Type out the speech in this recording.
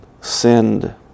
sinned